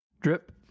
Drip